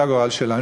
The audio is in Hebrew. שזה הגורל שלנו,